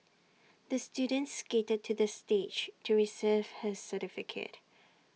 the student skated to the stage to receive his certificate